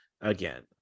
again